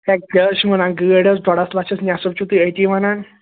ہے کیٛاہ حظ چھُو وَنان گٲڑۍ حظ ڈۅڈس لَچھَس نٮ۪صٕف چھُو تُہۍ أتی وَنان